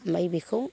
ओमफाय बेखौ